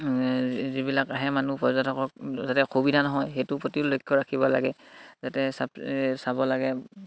যিবিলাক আহে মানুহ পৰ্যটকৰ যাতে অসুবিধা নহয় সেইটো প্ৰতিও লক্ষ্য ৰাখিব লাগে যাতে চাপ চাব লাগে